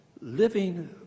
Living